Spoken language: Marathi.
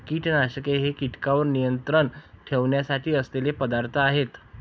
कीटकनाशके हे कीटकांवर नियंत्रण ठेवण्यासाठी असलेले पदार्थ आहेत